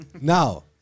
Now